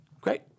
great